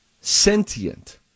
Sentient